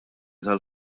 tal